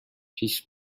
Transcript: پیش